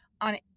on